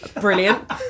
Brilliant